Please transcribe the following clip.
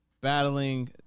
Battling